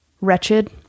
wretched